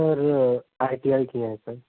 sir I T I किया है sir